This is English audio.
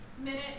minute